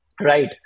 Right